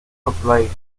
complained